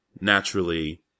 naturally